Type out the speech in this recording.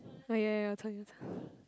ya ya ya Chinatown